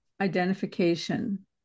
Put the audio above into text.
identification